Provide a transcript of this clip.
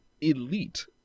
elite